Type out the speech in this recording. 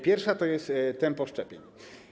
Pierwsza to jest tempo szczepień.